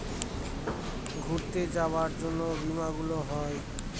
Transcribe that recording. ঘুরতে যাবার জন্য বীমা গুলো হয়